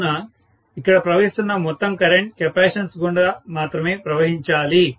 కావున ఇక్కడ ప్రవహిస్తున్న మొత్తం కరెంటు కెపాసిటన్స్ గుండా మాత్రమే ప్రవహించాలి